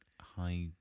high